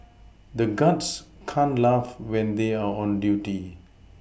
the guards can't laugh when they are on duty